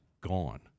gone